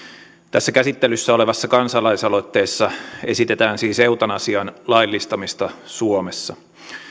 tässä käsittelyssä olevassa kansalaisaloitteessa esitetään siis eutanasian laillistamista suomessa